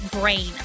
Brain